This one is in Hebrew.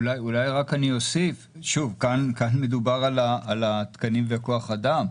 אולי רק אני אוסיף, כאן מדובר על התקנים וכוח אדם.